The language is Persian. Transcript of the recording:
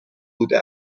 بوده